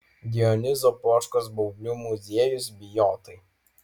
dionizo poškos baublių muziejus bijotai